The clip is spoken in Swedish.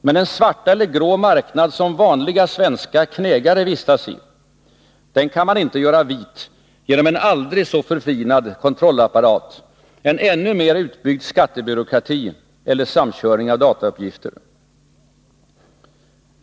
Men den svarta eller grå marknad som vanliga svenska knegare vistas i, den kan man inte göra vit genom en aldrig så förfinad kontrollapparat, en ännu mera utbyggd skattebyråkrati eller samkörning av datauppgifter.